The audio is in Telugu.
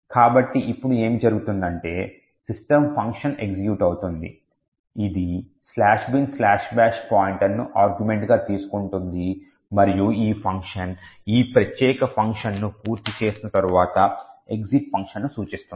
కాబట్టి ఇప్పుడు ఏమి జరుగుతుందంటే system ఫంక్షన్ ఎగ్జిక్యూట్ అవుతుంది ఇది "binbash" పాయింటర్ను ఆర్గ్యుమెంట్గా తీసుకుంటుంది మరియు ఆ ఫంక్షన్ ఈ ప్రత్యేక ఫంక్షన్ను పూర్తి చేసిన తర్వాత exit ఫంక్షన్ను సూచిస్తుంది